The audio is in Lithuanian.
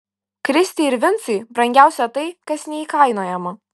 kristei ir vincui brangiausia tai kas neįkainojama